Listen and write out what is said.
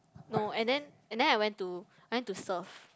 no and then and then I went to I went to surf